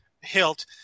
hilt